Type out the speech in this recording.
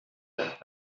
area